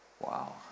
Wow